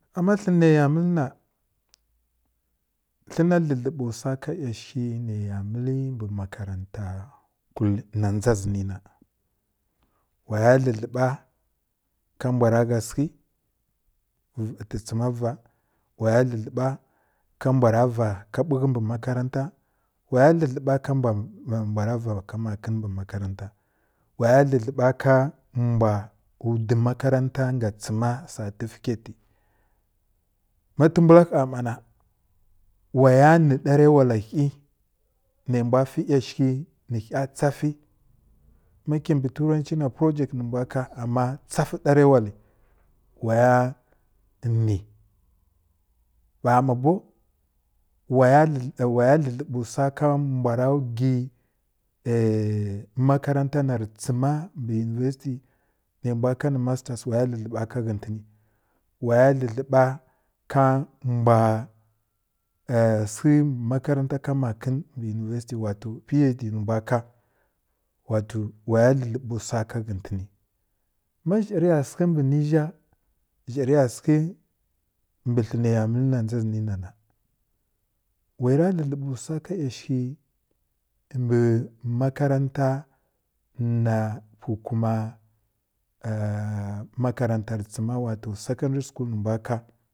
Amm hən nə ya məl hən na hə na həb dləm wsa ka yasəki nə ya məl mi mbi makaarata kul na dʒa ʒi na wa dləb dləba ka mbw ra gha səkə tə tsəma va wa dləb dləba ka mbw ra va ka bukə mbi makrafa wa dləb dləba ka mbw ra va ka makən mbə makrata wa dləb həba mbw dwi makarat nga tsəma certificate wa ma təmbula gha mma na wa ya ni ɗarəwa ra ghə nə mbw fi yasəki nə ghə tsafi ma kimbi turənchi na project nə mbw ka ama tsufi ɗarəwa rə wa ni ba ma bow wa dləb dləba wsa ka mbw ra gwi makaranta na rə tsəma mbi university na mbw ka nə masters wa ya dləb dləba ghətən wa dləb dləba ka mbw səkə mbi makarata ka makən mbi university wato phd nə mbw ka wa to wa dləb dləb wsa ghətən ma zha rə ya səkə mbə nə zha zha rə ya səkə mbi hən nə ya məl na dʒa zi nə wa yi ra dləb dləb wsa ka yasəkə kimbi makaranta nu pili kuma makaranta rə tsəma wa to secondary school ni mbw ka.